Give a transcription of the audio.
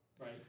Right